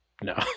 No